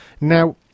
Now